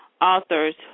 authors